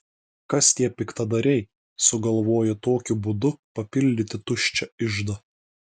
kas tie piktadariai sugalvoję tokiu būdu papildyti tuščią iždą